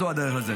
זאת הדרך.